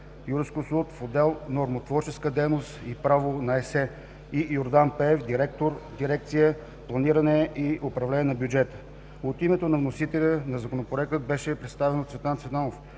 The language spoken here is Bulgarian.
юрисконсулт в отдел „Нормотворческа дейност и Право на ЕС”, и Йордан Пеев – директор на дирекция „Планиране и управление на бюджета“. От името на вносителя Законопроектът беше представен от Цветан Цветанов.